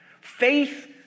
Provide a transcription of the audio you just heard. Faith